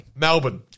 Melbourne